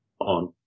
on